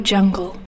Jungle